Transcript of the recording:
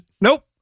nope